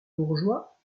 bourgeois